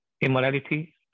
immorality